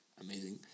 amazing